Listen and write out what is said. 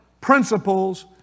principles